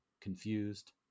confused